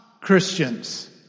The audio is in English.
Christians